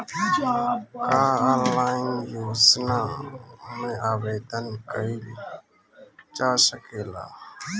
का ऑनलाइन योजना में आवेदन कईल जा सकेला?